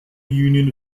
union